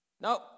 No